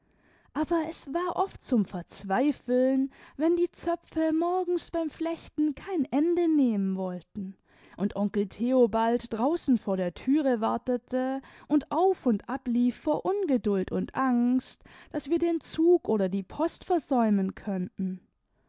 aber es war oft zum verzweifeln wenn die zöpfe morgens beim flechten kein ende nehmen wollten und onkel theobald draußen vor der thüre wartete und auf und ab lief vor ungeduld und angst daß wir den zug oder die post versäumen könnten